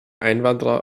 einwanderer